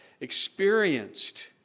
experienced